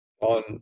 on